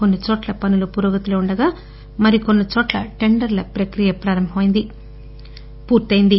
కొన్సి చోట్ల పనులు పురోగతిలో ఉండగా మరికొన్సి చోట్ల టెండర్ల ప్రక్రియ పూర్తయ్యింది